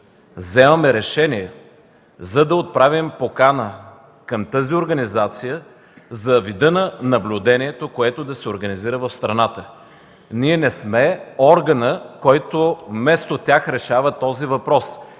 вземаме решение, за да отправим покана към тази организация за вида на наблюдението, което да се организира в страната. Ние не сме органът, който решава този въпрос